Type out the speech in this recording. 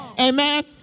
Amen